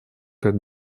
как